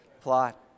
plot